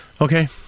okay